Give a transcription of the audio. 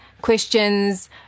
Questions